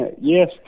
yes